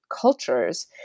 cultures